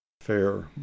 fair